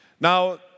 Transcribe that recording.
Now